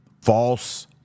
false